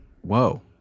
Whoa